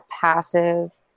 passive